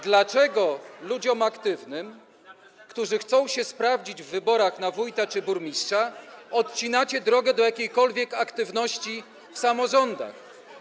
Dlaczego ludziom aktywnym, którzy chcą się sprawdzić w wyborach na wójta czy burmistrza odcinacie drogę do jakiejkolwiek aktywności w samorządach?